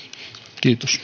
kiitos